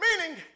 Meaning